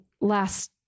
last